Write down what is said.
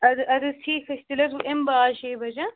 اَدٕ حظ اَدٕ حظ ٹھیٖک حظ چھُ تیٚلہِ حظ یِمہٕ بہٕ آز شیٚیہِ بَجہِ ہا